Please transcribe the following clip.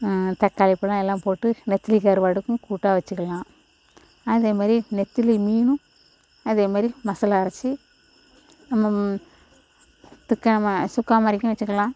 தக்காளிப்பழம் எல்லாம் போட்டு நெத்திலி கருவாடுக்கும் கூட்டாக வச்சுக்கலாம் அதே மாதிரி நெத்திலி மீனும் அதே மாதிரி மசாலா அரைச்சு நம்ம துக்காம சுக்கா மாதிரிக்கும் வச்சிக்கலாம்